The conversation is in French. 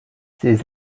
ces